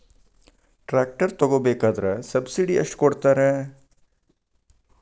Tractor ತಗೋಬೇಕಾದ್ರೆ subsidy ಎಷ್ಟು ಕೊಡ್ತಾರ?